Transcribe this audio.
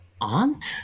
aunt